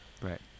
Right